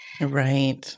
Right